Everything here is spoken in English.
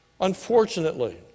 Unfortunately